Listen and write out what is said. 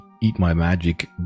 eat-my-magic